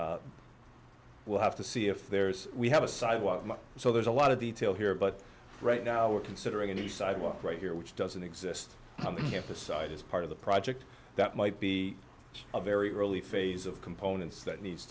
students we'll have to see if there's we have a sidewalk so there's a lot of detail here but right now we're considering a new sidewalk right here which doesn't exist if the site is part of the project that might be a very early phase of components that needs